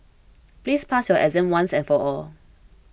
please pass your exam once and for all